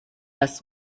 las